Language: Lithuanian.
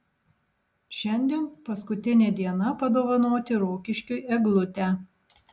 šiandien paskutinė diena padovanoti rokiškiui eglutę